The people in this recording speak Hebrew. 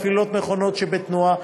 מפעילות מכונות שבתנועה,